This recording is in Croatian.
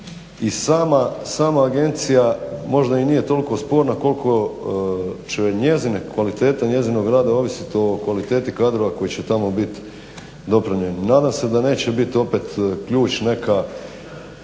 I sama agencija možda i nije toliko sporna koliko će njezine kvalitete, njezinog rada ovisiti o kvaliteti kadrova koji će tamo biti doprinjeni.